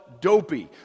dopey